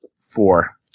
Four